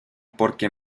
porque